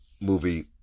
movie